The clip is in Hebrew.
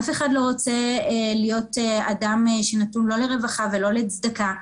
אף אחד לא רוצה להיות אדם שנתון לא לרווחה ולא לצדקה.